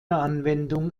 anwendung